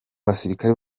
basirikare